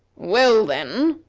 well, then,